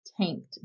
tanked